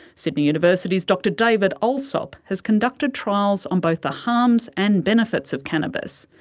sydney university's dr david allsop has conducted trials on both the harms and benefits of cannabis.